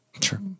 Sure